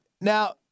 Now